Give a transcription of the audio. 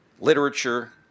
literature